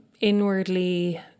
inwardly